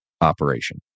operation